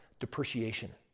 depreciation.